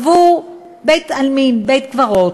עבור בית-עלמין, בית-קברות.